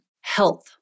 Health